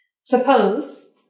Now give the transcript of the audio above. Suppose